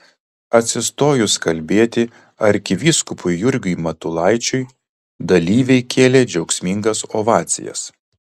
atsistojus kalbėti arkivyskupui jurgiui matulaičiui dalyviai kėlė džiaugsmingas ovacijas